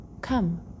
come